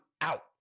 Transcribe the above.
out